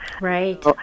Right